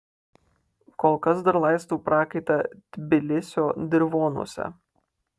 kol kas dar laistau prakaitą tbilisio dirvonuose